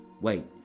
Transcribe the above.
wait